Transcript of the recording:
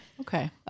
Okay